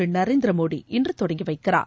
திரு நரேந்திர மோடி இன்று தொடங்கி வைக்கிறார்